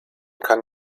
kann